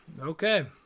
okay